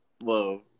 Whoa